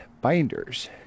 binders